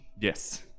Yes